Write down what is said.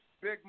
big